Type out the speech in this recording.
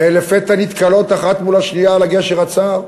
ולפתע נתקלות אחת מול השנייה על הגשר הצר,